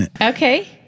Okay